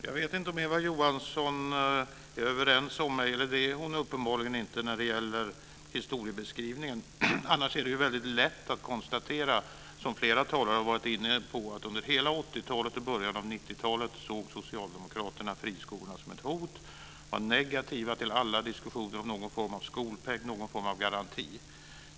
Fru talman! Eva Johansson är uppenbarligen inte överens med mig när det gäller historieskrivningen. Det är annars väldigt lätt att konstatera - som flera talare varit inne på - att under hela 80-talet och början av 90-talet såg Socialdemokraterna friskolorna som ett hot. De var negativa till alla diskussioner om någon form av skolpeng eller någon form av garanti.